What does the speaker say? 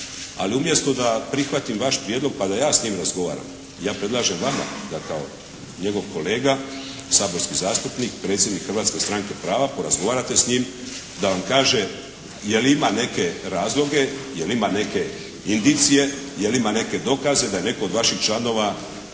Ali umjesto da prihvatim vaš prijedlog pa da ja s njim razgovaram ja predlažem vama da kao njegov kolega saborski zastupnik predsjednik Hrvatske stranke prava porazgovarate s njim, da vam kaže je li ima neke razloge, je li ima neke indicije, je li ima neke dokaze da je netko od vaših članova